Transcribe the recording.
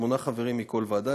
שמונה חברים מכל ועדה,